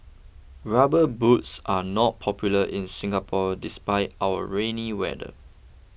rubber boots are not popular in Singapore despite our rainy weather